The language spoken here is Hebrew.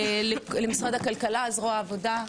משרד הכלכלה וזרוע העבודה,